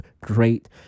great